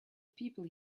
people